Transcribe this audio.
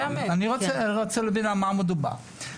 אני רוצה להבין על מה מדובר.